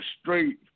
straight